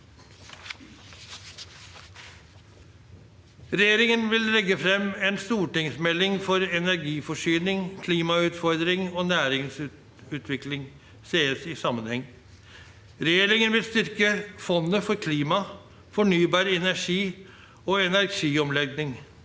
Regjeringen vil legge frem en stortingsmelding hvor energiforsyning, klimautfordringer og næringsutvikling ses i sammenheng. Regjeringen vil styrke Fondet for klima, fornybar energi og energiomlegging.